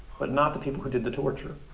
but not the people who did the torture.